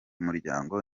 muryango